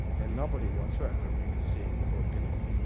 and nobody whatsoever seeing the whole picture.